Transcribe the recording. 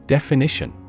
Definition